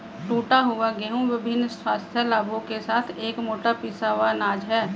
टूटा हुआ गेहूं विभिन्न स्वास्थ्य लाभों के साथ एक मोटा पिसा हुआ अनाज है